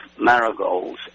marigolds